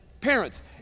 parents